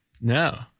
No